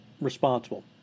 responsible